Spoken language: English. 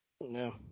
no